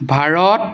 Bharat